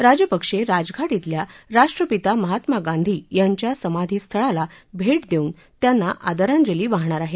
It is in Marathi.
राजपक्षे राजघाट इथल्या राष्ट्रपिता महात्मा गांधी यांच्या समाधी स्थळाला भेट देऊन त्यांना आदरांजली वाहणार आहेत